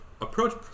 approach